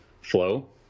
flow